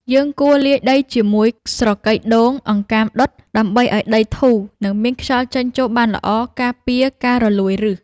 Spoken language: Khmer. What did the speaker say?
យើងគួរលាយដីជាមួយ ស្រកីដូង អង្កាមដុត ដើម្បីឱ្យដីធូរ និងមានខ្យល់ចេញចូលបានល្អ ការពារការរលួយឫស។